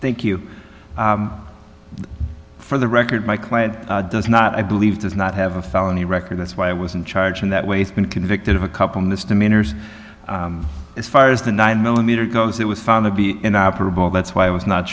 thank you for the record my client does not i believe does not have a felony record that's why i was in charge and that way it's been convicted of a couple misdemeanors as far as the nine millimeter goes it was found to be in operable that's why i was not